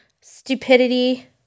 stupidity